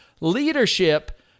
leadership